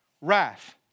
Wrath